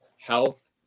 health